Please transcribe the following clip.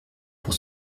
pour